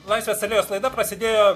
laisvės alėjos laida prasidėjo